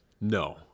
no